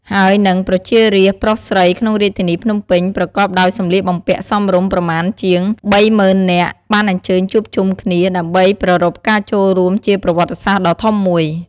ហើយនឹង ប្រជារាស្ត្រប្រុសស្រីក្នុងរាជធានីភ្នំពេញប្រកបដោយសម្លៀកបំពាក់សមរម្យ ប្រមាណជាង ៣០,០០០ នាក់ បានអញ្ជើញជួបជុំគ្នា ដើម្បីប្រារព្វការចូលរួមជាប្រវត្តិសាស្ត្រដ៏ធំមួយ។